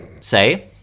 Say